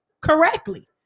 correctly